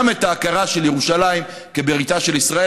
את ההכרה של ירושלים כבירתה של ישראל,